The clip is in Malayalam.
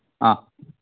ആ